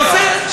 יפה.